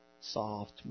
soft